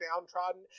downtrodden